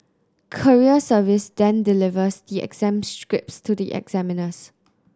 courier service then delivers the exam scripts to the examiners